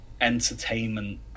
entertainment